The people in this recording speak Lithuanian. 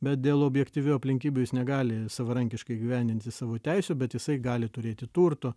bet dėl objektyvių aplinkybių jis negali savarankiškai įgyvendinti savo teisių bet jisai gali turėti turto